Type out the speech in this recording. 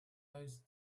realize